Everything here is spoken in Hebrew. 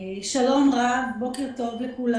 שלום לכולם.